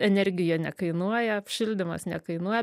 energija nekainuoja apšildymas nekainuoja